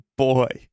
boy